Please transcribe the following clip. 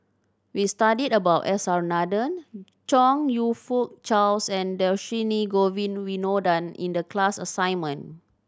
we studied about S R Nathan Chong You Fook Charles and Dhershini Govin Winodan in the class assignment